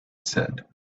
said